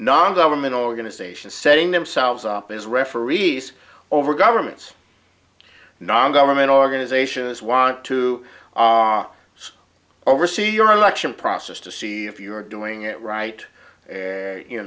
non government organizations setting themselves up as referees over governments non government organizations want to are oversee your election process to see if you're doing it right where you